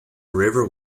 river